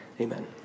amen